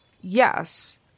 Yes